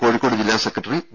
കോഴിക്കോട് ജില്ലാ secretary V